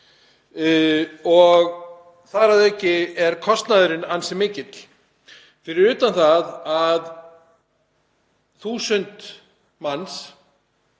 og þar að auki er kostnaðurinn ansi mikill, fyrir utan það að 1.000 manns,